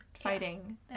fighting